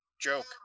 joke